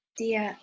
dear